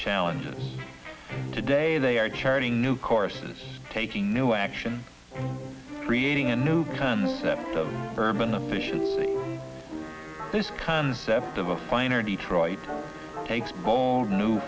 challenges today they are charting new courses taking new action creating a new concept of urban the vision this concept of a finer detroit takes bold new